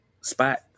spot